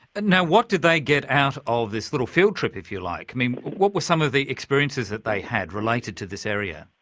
and now what did they get out of this little field trip if you like i mean what were some of the experiences that they had related to this area?